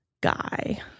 guy